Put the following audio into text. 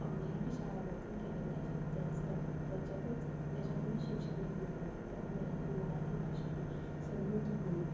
मराठी शाळा जतन केल्या पाहिजे त्यांचं ज त्याच्यातच त्याच्यातूनच शिक्षण घेतले पाहिजे त्यामुळे आपली मराठी भाषा ही समृद्ध होईल